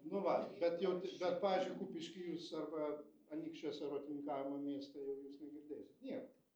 nu vat bet jau bet pavyzdžiui kupišky jūs arba anykščiuose rotininkavimo mieste jau jūs negirdėsit niekur